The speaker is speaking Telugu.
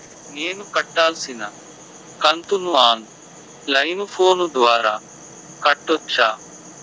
నేను కట్టాల్సిన కంతును ఆన్ లైను ఫోను ద్వారా కట్టొచ్చా?